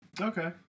Okay